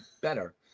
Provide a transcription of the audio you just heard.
better